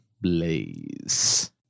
Blaze